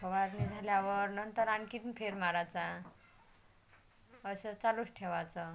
फवारणी झाल्यावर नंतर आणखीन फेर मारायचा असं चालूच ठेवायचं